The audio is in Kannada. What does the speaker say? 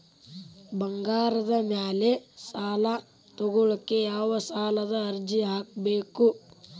ಬಂಗಾರದ ಮ್ಯಾಲೆ ಸಾಲಾ ತಗೋಳಿಕ್ಕೆ ಯಾವ ಸಾಲದ ಅರ್ಜಿ ಹಾಕ್ಬೇಕು?